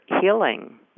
healing